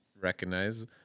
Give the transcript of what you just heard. recognize